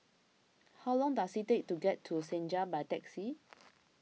how long does it take to get to Senja by taxi